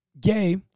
Gay